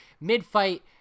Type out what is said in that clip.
Mid-fight